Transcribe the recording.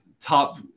top